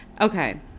Okay